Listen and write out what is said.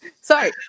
Sorry